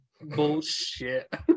Bullshit